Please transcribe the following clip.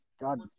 god